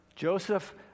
Joseph